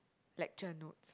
lecture notes